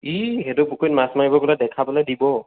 ই সেইটো পুখুৰীত মাছ মাৰিব গ'লে দেখা পালে দিব